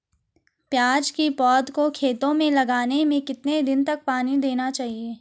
प्याज़ की पौध को खेतों में लगाने में कितने दिन तक पानी देना चाहिए?